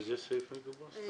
באיזה סעיף מדובר?